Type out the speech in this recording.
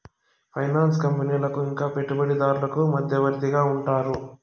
finance కంపెనీలకు ఇంకా పెట్టుబడిదారులకు మధ్యవర్తిగా ఉంటారు